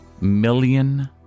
million